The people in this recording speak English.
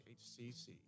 hcc